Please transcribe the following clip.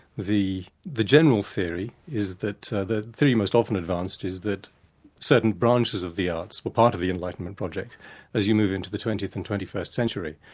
the the general theory is that the theme most often advanced is that certain branches of the arts were part of the enlightenment project as you move into the twentieth and twenty first century,